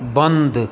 बन्द